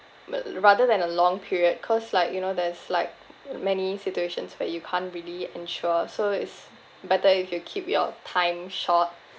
but rather than a long period cause like you know there's like many situations where you can't really ensure so it's better if you keep your time short